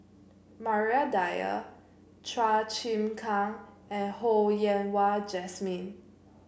Maria Dyer Chua Chim Kang and Ho Yen Wah Jesmine